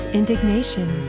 indignation